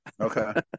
Okay